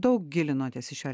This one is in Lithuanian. daug gilinotės į šią